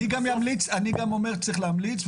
אני אומר שצריך להמליץ,